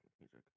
music